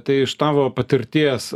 tai iš tavo patirties